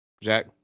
Jack